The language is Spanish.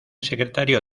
secretario